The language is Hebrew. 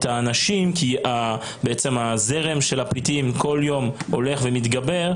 האנשים כי זרם הפליטים הולך ומתגבר כל יום.